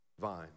vine